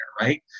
right